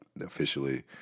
officially